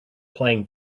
playing